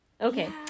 Okay